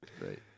right